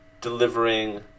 delivering